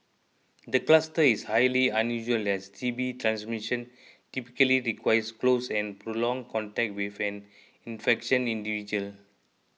the cluster is highly unusual as T B transmission typically requires close and prolonged contact with an infectious individual